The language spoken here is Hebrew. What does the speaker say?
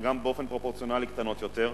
גם באופן פרופורציונלי, קטנות יותר.